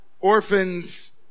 orphans